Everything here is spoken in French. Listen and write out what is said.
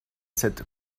cette